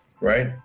right